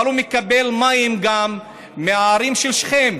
אבל הוא מקבל מים גם מההרים של שכם,